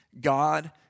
God